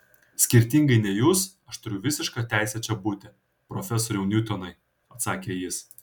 skirtingai nei jūs aš turiu visišką teisę čia būti profesoriau niutonai atsakė jis